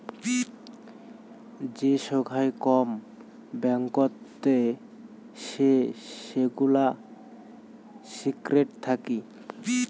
যে সোগায় কম ব্যাঙ্কতে সে সেগুলা সিক্রেট থাকি